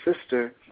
sister